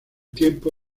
tiempo